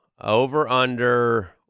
Over-under